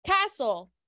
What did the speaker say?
castle